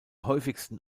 häufigsten